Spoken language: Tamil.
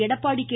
எடப்பாடி கே